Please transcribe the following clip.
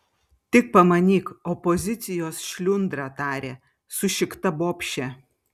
tik pamanyk opozicijos šliundra tarė sušikta bobšė